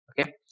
okay